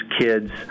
kids